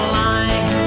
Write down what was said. line